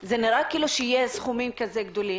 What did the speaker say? זה נראה כאילו שיהיו סכומים גבוהים.